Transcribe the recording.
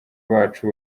bacu